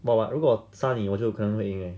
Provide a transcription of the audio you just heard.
what what 如果杀你我就可能会赢 leh